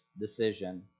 decision